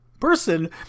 person